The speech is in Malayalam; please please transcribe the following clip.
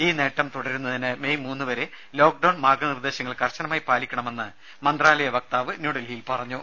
ഈ നേട്ടം തുടരുന്നതിന് മെയ് മൂന്ന് വരെ ലോക്ക്ഡൌൺ മാർഗ്ഗ നിർദേശങ്ങൾ കർശനമായി പാലിക്കണമെന്ന് മന്ത്രാലയ വക്താവ് ന്യൂഡൽഹിയിൽ പറഞ്ഞു